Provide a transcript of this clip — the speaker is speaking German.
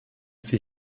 sie